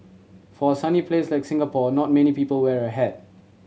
for a sunny place like Singapore not many people wear a hat